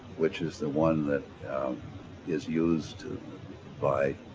which is the one that is used by